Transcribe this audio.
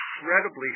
incredibly